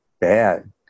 bad